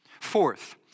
Fourth